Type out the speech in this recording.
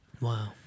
Wow